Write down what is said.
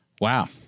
wow